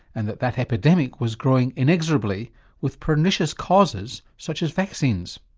and that that epidemic was growing inexorably with pernicious causes such as vaccines.